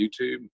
YouTube